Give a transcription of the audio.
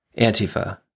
Antifa